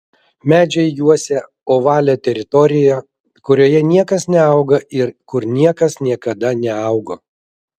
medžiai juosia ovalią teritoriją kurioje niekas neauga ir kur niekas niekada neaugo